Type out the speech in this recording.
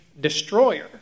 destroyer